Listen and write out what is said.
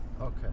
Okay